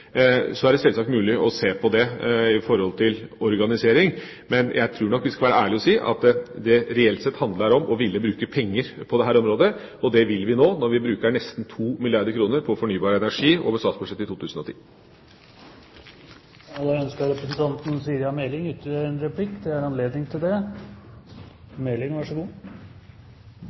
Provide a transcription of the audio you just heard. Så er det selvsagt mulig å se på det i forhold til organisering, men jeg tror nok vi skal være ærlige og si at det reelt sett handler om å ville bruke penger på dette området. Det vil vi nå når vi bruker nesten 2 milliarder kr på fornybar energi over statsbudsjettet i 2010. Da vil jeg benytte anledningen til